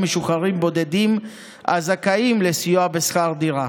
משוחררים בודדים הזכאים לסיוע בשכר דירה.